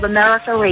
America